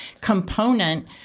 component